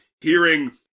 hearing